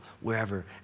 wherever